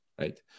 right